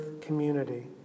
community